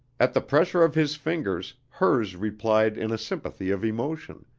at the pressure of his fingers hers replied in a sympathy of emotion,